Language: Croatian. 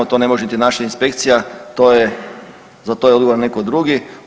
To ne može niti naša inspekcija, to je, za to je odgovoran netko drugi.